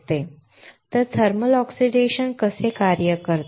तर thermal oxidation कसे कार्य करते